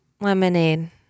lemonade